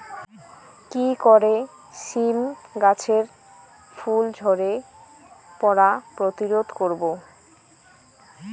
কি করে সীম গাছের ফুল ঝরে পড়া প্রতিরোধ করব?